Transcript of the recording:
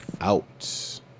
out